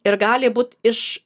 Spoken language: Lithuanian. ir gali būt iš